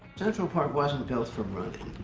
central park wasn't built for running.